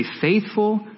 faithful